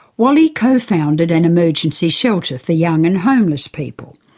wally co-founded an emergency shelterfor young and homeless people.